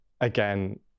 again